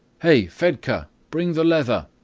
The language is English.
hey, fedka, bring the leather!